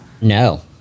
No